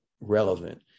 relevant